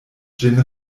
ĝin